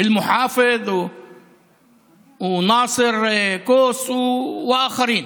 אל-מוחפד ונאסר ואחרים.